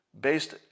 based